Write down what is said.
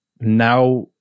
now